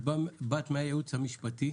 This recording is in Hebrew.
באת מהייעוץ המשפטי,